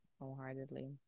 wholeheartedly